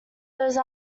those